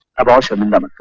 have always ah been